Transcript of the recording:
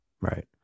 Right